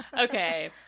Okay